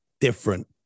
different